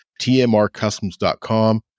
tmrcustoms.com